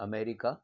America